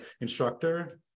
instructor